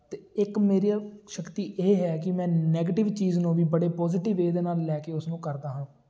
ਅਤੇ ਇੱਕ ਮੇਰੀ ਸ਼ਕਤੀ ਇਹ ਹੈ ਕਿ ਮੈਂ ਨੈਗਟਿਵ ਚੀਜ਼ ਨੂੰ ਵੀ ਬੜੇ ਪੋਜ਼ੀਟਿਵ ਵੇਅ ਦੇ ਨਾਲ ਲੈ ਕੇ ਉਸਨੂੰ ਕਰਦਾ ਹਾਂ